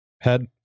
head